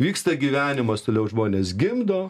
vyksta gyvenimas toliau žmonės gimdo